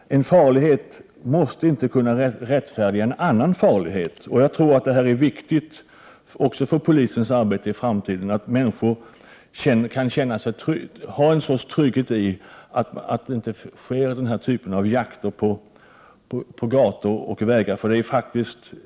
En farlighet får inte rättfärdiga en annan farlighet. Det är viktigt även för polisens arbete i framtiden att människor kan känna trygghet i förvissning om att det inte förekommer denna typ av jakter på gator och vägar.